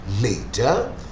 later